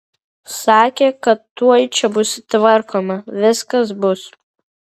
sakė kad tuoj čia bus tvarkoma viskas bus